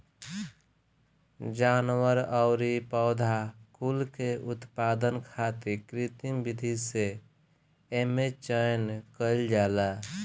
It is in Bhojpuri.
जानवर अउरी पौधा कुल के उत्पादन खातिर कृत्रिम विधि से एमे चयन कईल जाला